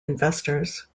investors